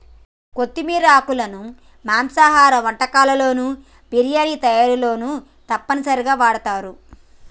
కొత్తిమీర ఆకులను మాంసాహార వంటకాల్లోను బిర్యానీ తయారీలోనూ తప్పనిసరిగా వాడుతారు